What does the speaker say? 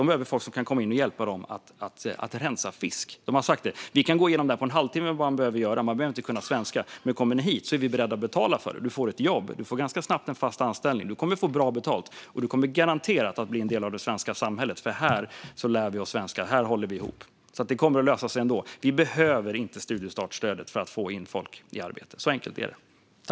De behöver folk som kan komma in och hjälpa dem att rensa fisk. Vi kan gå igenom vad du behöver göra på en halvtimme, säger de. Du behöver inte kunna svenska. Men kommer du hit är vi beredda att betala för det. Du får ett jobb. Du får ganska snabbt fast anställning. Du kommer att få bra betalt. Och du kommer garanterat att bli en del av det svenska samhället, för här lär vi oss svenska. Här håller vi ihop. Det kommer att lösa sig ändå. Vi behöver inte studiestartsstödet för att få in folk i arbete. Så enkelt är det.